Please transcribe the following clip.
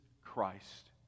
Christ